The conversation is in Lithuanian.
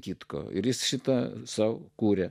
kitko ir jis šitą sau kūrė